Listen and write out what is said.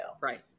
right